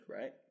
right